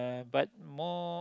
but more